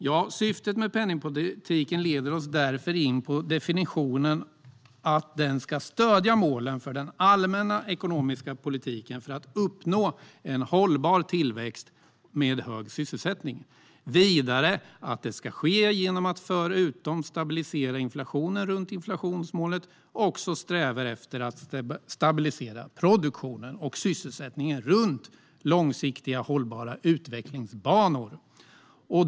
Ja, syftet med penningpolitiken leder oss in på definitionen att den ska stödja målen för den allmänna ekonomiska politiken för att uppnå en hållbar tillväxt med hög sysselsättning. Vidare ska det ske genom att man, förutom att stabilisera inflationen runt inflationsmålet, strävar efter att stabilisera produktionen och sysselsättningen runt långsiktiga och hållbara utvecklingsbanor.